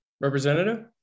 Representative